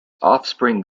offspring